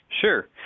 Sure